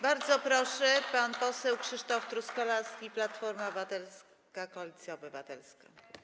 Bardzo proszę, pan poseł Krzysztof Truskolaski, Platforma Obywatelska - Koalicja Obywatelska.